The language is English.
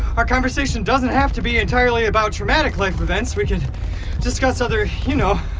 our conversation doesn't have to be entirely about traumatic life events, we can discuss other, you know,